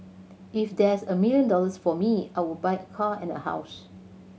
if there's a million dollars for me I would buy a car and a house